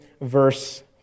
verse